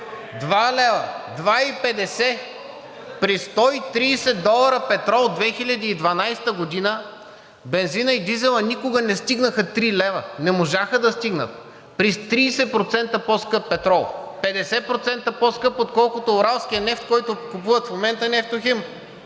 2 лв., 2,50. При 130 долара петрол през 2012 г. бензинът и дизелът никога не стигнаха 3 лв. Не можаха да стигнат при 30% по-скъп петрол. 50% по-скъп, отколкото уралския нефт, който купува в момента „Нефтохим“.